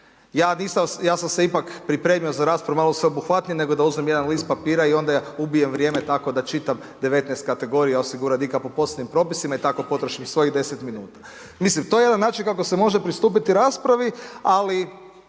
ja sam se ipak pripremio za raspravu, malo sveobuhvatniji, nego da uzmem jedan list papira i onda ubijem vrijeme, tako da čitam 19 kategorija osiguranika po posebnim propisima i tako potrošim svojih 10 min. To je jedan način kako se može pristupiti raspravi, ali